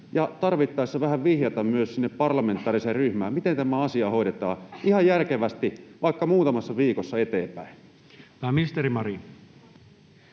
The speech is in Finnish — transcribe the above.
tarvittaessa vähän vihjata myös sinne parlamentaariseen ryhmään, miten tämä asia hoidetaan ihan järkevästi vaikka muutamassa viikossa eteenpäin? Pääministeri Marin.